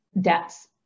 debts